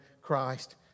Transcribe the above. Christ